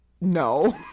No